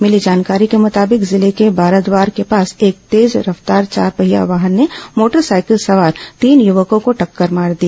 मिली जानकारी के मुताबिक जिले के बाराद्वार के पास एक तेज रफ्तार चारपहिया वाहन ने मोटरसाइकिल सवार तीन युवकों को टक्कर मार दी